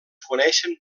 coneixen